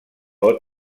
ryan